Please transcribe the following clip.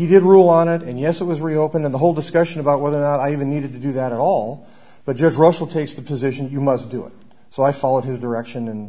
he did rule on it and yes it was reopened in the whole discussion about whether or not i even needed to do that at all but just russell takes the position you must do it so i followed his direction and